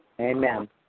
Amen